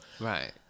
Right